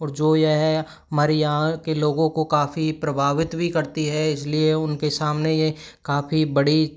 और जो यह हमारे यहाँ के लोगों को काफ़ी प्रभावित भी करती है इसलिए उनके सामने यह काफ़ी बड़ी